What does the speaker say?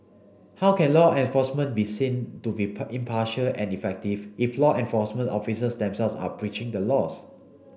how can law enforcement be seen to be impartial and effective if law enforcement officers themselves are breaching the laws